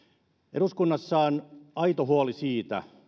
eduskunnassa on aito huoli siitä